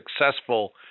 successful